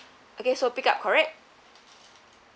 okay so pick up correct